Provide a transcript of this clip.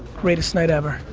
greatest night ever.